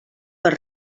per